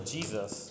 Jesus